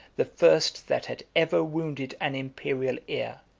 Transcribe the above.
the first that had ever wounded an imperial ear,